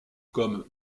comme